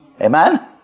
Amen